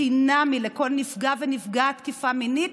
חינמי לכל נפגע ונפגעת תקיפה מינית,